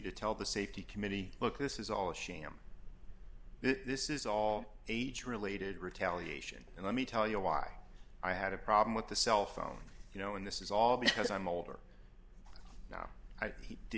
to tell the safety committee look this is all a sham this is all age related retaliation and let me tell you why i had a problem with the cell phone you know and this is all because i'm older now